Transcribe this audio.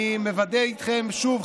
אני מוודא איתכם שוב,